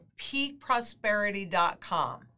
peakprosperity.com